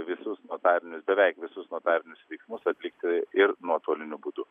visus notarinius beveik visus notarinius veiksmus atlikti ir nuotoliniu būdu